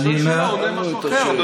אני שואל שאלה, הוא עונה משהו אחר.